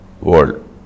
world